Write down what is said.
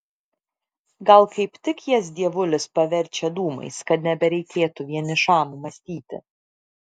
gal kaip tik jas dievulis paverčia dūmais kad nebereikėtų vienišam mąstyti